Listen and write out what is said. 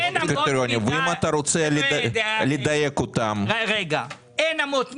אם אתה רוצה לדייק אותן --- אין אמות מידה.